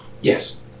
Yes